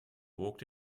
walked